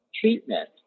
treatment